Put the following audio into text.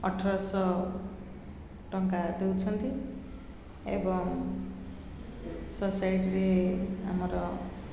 ଅଠରଶହ ଟଙ୍କା ଦେଉଛନ୍ତି ଏବଂ ସୋସାଇଟିରେ ଆମର